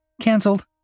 Cancelled